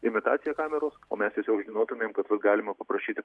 imitacija kameros o mes tiesiog žinotumėm kad va galima paprašyti